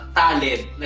talent